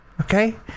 Okay